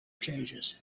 changes